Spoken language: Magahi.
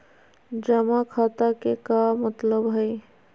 जमा खाता के का मतलब हई?